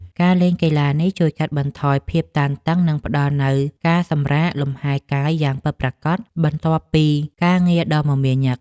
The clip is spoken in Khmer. ការលេងកីឡានេះជួយកាត់បន្ថយភាពតានតឹង និងផ្ដល់នូវការសម្រាកលម្ហែកាយយ៉ាងពិតប្រាកដបន្ទាប់ពីការងារដ៏មមាញឹក។